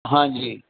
ਹਾਂਜੀ